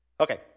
Okay